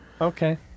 Okay